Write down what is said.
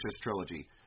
trilogy